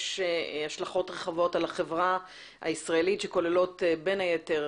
השלכות רחבות על החברה הישראלית שכוללות בין היתר,